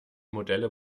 modelle